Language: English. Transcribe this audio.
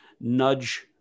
nudge